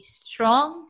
strong